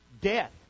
death